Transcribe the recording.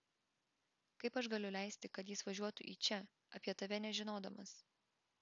kaip aš galiu leisti kad jis važiuotų į čia apie tave nežinodamas